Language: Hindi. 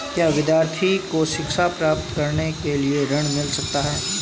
क्या विद्यार्थी को शिक्षा प्राप्त करने के लिए ऋण मिल सकता है?